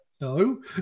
no